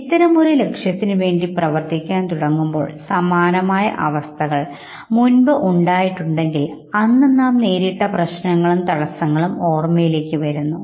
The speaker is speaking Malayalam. ഇത്തരമൊരു ലക്ഷ്യത്തിനു വേണ്ടി പ്രവർത്തിക്കാൻ തുടങ്ങുമ്പോൾ സമാനമായ അവസ്ഥകൾ നമുക്ക് മുൻപ് ഉണ്ടായിട്ടുണ്ടെങ്കിൽ അന്ന് നാം നേരിട്ട പ്രശ്നങ്ങളും തടസ്സങ്ങളും ഓർമയിലേക്ക് വരുന്നു